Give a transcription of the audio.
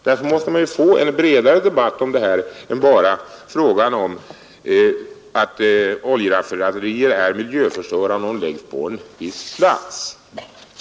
Därför måste vi få en bredare debatt än bara kring frågan om att oljeraffinaderier är miljöförstörande om de läggs på en viss plats.